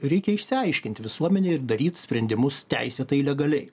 reikia išsiaiškint visuomenėj ir daryt sprendimus teisėtai legaliai